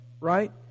right